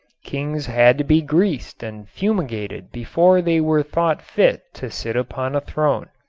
kings had to be greased and fumigated before they were thought fit to sit upon a throne.